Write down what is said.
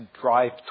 drive